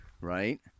right